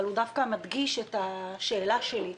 אבל הוא דווקא מדגיש את השאלה שלי.